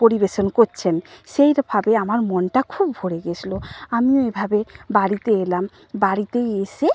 পরিবেশন করছেন সেইভাবে আমার মনটা খুব ভরে গিয়েছিল আমিও এভাবে বাড়িতে এলাম বাড়িতে এসে